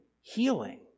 healing